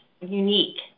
unique